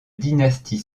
dynastie